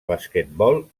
basquetbol